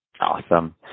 Awesome